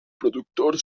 productor